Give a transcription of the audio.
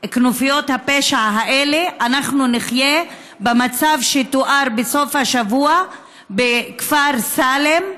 כנופיות הפשע האלה אנחנו נחיה במצב שתואר בסוף השבוע בכפר סאלם,